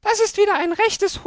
das ist wieder ein rechtes